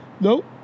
Nope